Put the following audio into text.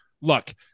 Look